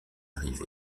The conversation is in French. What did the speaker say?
arrivé